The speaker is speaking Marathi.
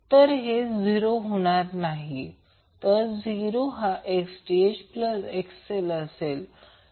तर हे 0 होणार नाही तर 0 हा Xth XL असेल